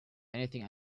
anything